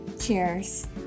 Cheers